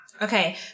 Okay